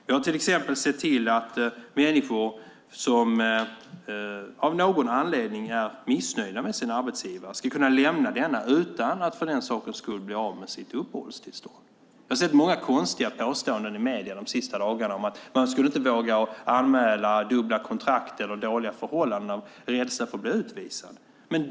Vi har till exempel sett till att människor som av någon anledning är missnöjda med sin arbetsgivare ska kunna lämna denne utan att för den skull bli av med sitt uppehållstillstånd. Jag har sett många konstiga påståenden i medierna de senaste dagarna om att man inte vågar anmäla dubbla kontrakt eller dåliga förhållanden av rädsla för att bli utvisad.